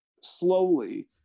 slowly